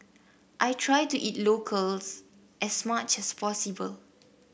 I try to eat locals as much as possible